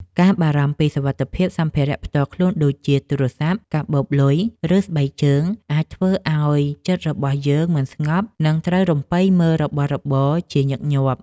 ការបារម្ភពីសុវត្ថិភាពសម្ភារៈផ្ទាល់ខ្លួនដូចជា ទូរស័ព្ទ កាបូបលុយ ឬស្បែកជើង អាចធ្វើឱ្យចិត្តរបស់យើងមិនស្ងប់ និងត្រូវរំពៃមើលរបស់របរជាញឹកញាប់។